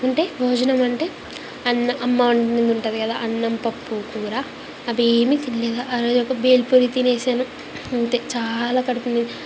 అంటే భోజనం అంటే అన్నం అమ్మ వండినది ఉంటుంది కదా అన్నం పప్పు కూర అదేమి తినలేదు రోజు ఒక బేల్పూరి తినేసాను అంతే చాలా కడుపు నిండ